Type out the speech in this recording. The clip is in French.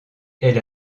elle